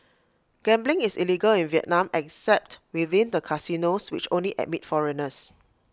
gambling is illegal in Vietnam except within the casinos which only admit foreigners